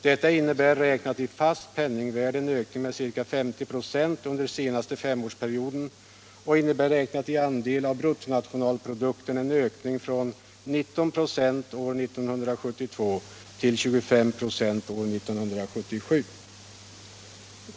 Detta innebär räknat i fast penningvärde en ökning med ca 50 26 under den senaste femårsperioden och räknat i andel av bruttonationalprodukten en ökning från 19 96 år 1972 till 25 26 år 1977.